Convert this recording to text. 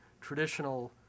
traditional